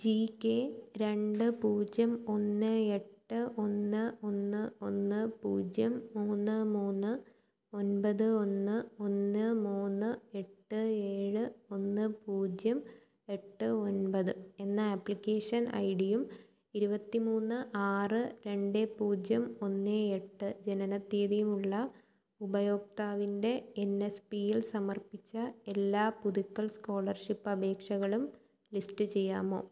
ജീ K രണ്ട് പൂജ്യം ഒന്ന് എട്ട് ഒന്ന് ഒന്ന് ഒന്ന് പൂജ്യം മൂന്ന് മൂന്ന് ഒന്പത് ഒന്ന് ഒന്ന് മൂന്ന് എട്ട് ഏഴ് ഒന്ന് പൂജ്യം എട്ട് ഒന്പത് എന്ന ആപ്ലിക്കേഷൻ ഐ ടിയും ഇരുപത്തി മൂന്ന് ആറ് രണ്ട് പൂജ്യം ഒന്ന് എട്ട് ജനനത്തിയതിയുമുള്ള ഉപഭോക്താവിന്റെ എൻ എസ് പീയിൽ സമർപ്പിച്ച എല്ലാ പുതുക്കൽ സ്കോളർഷിപ്പ് അപേക്ഷകളും ലിസ്റ്റ് ചെയ്യാമോ